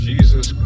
Jesus